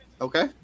okay